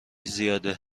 زیاده